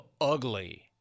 ugly